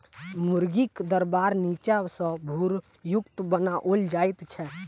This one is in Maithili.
मुर्गीक दरबा नीचा सॅ भूरयुक्त बनाओल जाइत छै